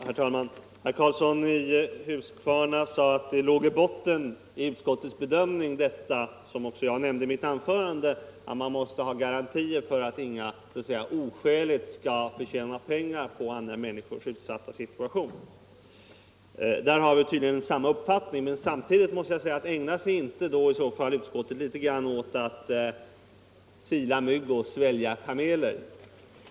Herr talman! Herr Karlsson i Huskvarna sade att det i botten på utskottets bedömning har legat att man måste ha garantier för att ingen skall kunna tjäna pengar på andra människors utsatta situation. Detsamma sade jag i mitt anförande. Där har vi tydligen samma uppfattning. Men jag måste ändå fråga om inte utskottet ägnar sig åt att sila mygg och svälja kameler.